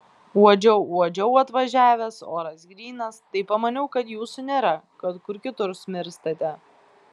uodžiau uodžiau atvažiavęs oras grynas tai pamaniau kad jūsų nėra kad kur kitur smirstate